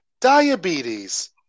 diabetes